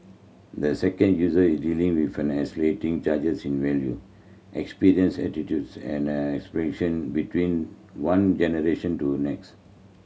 the second user is dealing with an accelerating changes in value experience attitudes and aspiration between one generation to next